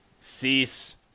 Cease